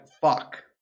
fuck